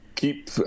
Keep